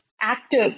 active